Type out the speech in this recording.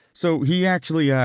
so he actually ah,